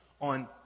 on